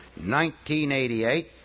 1988